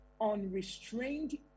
unrestrained